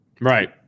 Right